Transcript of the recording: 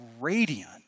radiant